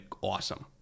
awesome